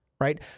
right